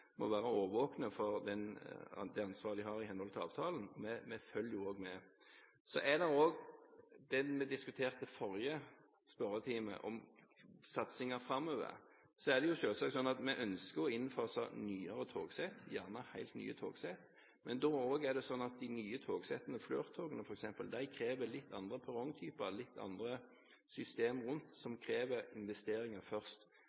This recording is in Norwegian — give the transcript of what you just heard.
må være årvåkne for det ansvaret de har i henhold til avtalen. Vi følger jo også med. Som vi diskuterte i forrige spørretime om satsingen framover, er det selvsagt sånn at vi ønsker å innfase nyere togsett, gjerne helt nye togsett. Men de nye togsettene, Flirt-togene f.eks., krever litt andre perrongtyper, litt andre systemer rundt, som krever investeringer først.